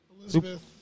Elizabeth